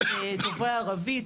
דוברי ערבית,